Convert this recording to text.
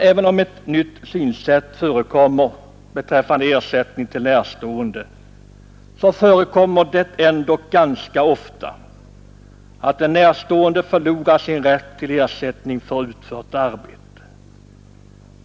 Även om ett nytt synsätt förekommer beträffande ersättning till närstående, så händer det ganska ofta att den närstående 59 förlorar sin rätt till ersättning för utfört arbete.